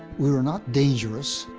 we were not dangerous,